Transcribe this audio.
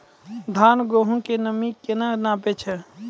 धान, गेहूँ के नमी केना नापै छै?